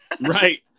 Right